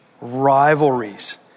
rivalries